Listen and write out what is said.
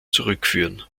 zurückführen